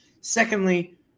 Secondly